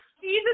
Jesus